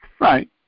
Right